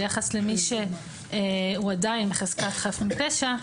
ביחס למי שעדיין בחזקת חף מפשע,